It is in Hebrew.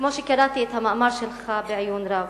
כמו שקראתי את המאמר שלך בעיון רב.